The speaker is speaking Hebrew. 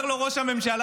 אומר לו ראש הממשלה: